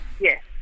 Yes